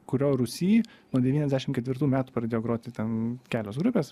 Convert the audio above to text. kurio rūsy nuo devyniasdešim ketvirtų metų pradėjo groti ten kelios grupės